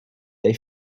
they